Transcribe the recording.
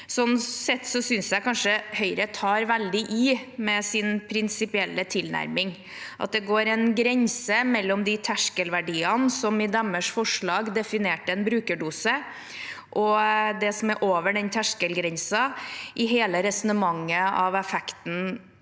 Sånn sett synes jeg kanskje Høyre tar veldig i med sin prinsipielle tilnærming – at det går en grense mellom de terskelverdiene som i deres forslag definerte en brukerdose, og det som er over den terskelgrensen i hele resonnementet av effekten